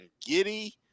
giddy